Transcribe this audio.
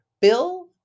Bill